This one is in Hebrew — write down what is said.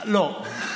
לא.